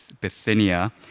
Bithynia